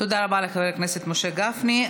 תודה רבה לחבר הכנסת משה גפני.